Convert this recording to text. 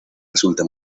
resulta